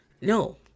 No